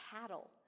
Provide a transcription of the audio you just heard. cattle